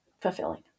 fulfilling